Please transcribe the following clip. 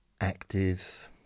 active